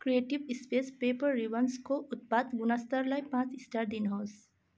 creative space paper रिबन्सको उत्पाद गुणस्तरलाई पाँच स्टार दिनुहोस्